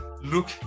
look